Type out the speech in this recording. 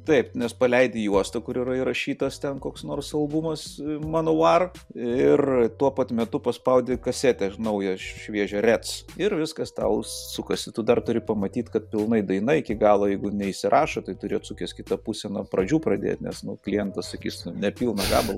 taip nes paleidi juostą kur yra įrašytas ten koks nors albumas manovarų ir tuo pat metu paspaudi kasetę naują šviežią recs ir viskas tau sukasi tu dar turi pamatyt kad pilnai daina iki galo jeigu neįsirašo tai turi atsukęs kitą pusę nuo pradžių pradėt nes klientas sakys ne pilną gamalą